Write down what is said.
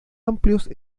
amplios